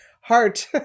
heart